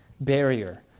barrier